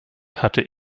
hatte